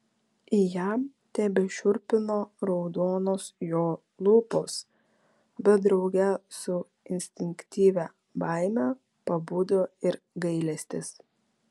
ją tebešiurpino raudonos jo lūpos bet drauge su instinktyvia baime pabudo ir gailestis